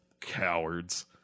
cowards